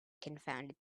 confounded